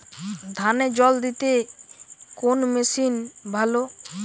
ধানে জল দিতে কোন মেশিন ভালো?